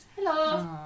Hello